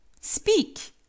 Speak